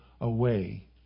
away